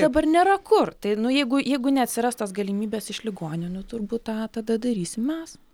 dabar nėra kur tai nu jeigu jeigu neatsiras tos galimybės iš ligoninių turbūt tą tada darysim mes